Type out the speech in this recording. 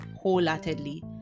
wholeheartedly